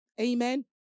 Amen